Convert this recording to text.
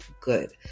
good